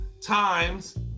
times